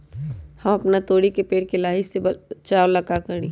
हम अपना तोरी के पेड़ के लाही से बचाव ला का करी?